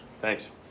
Thanks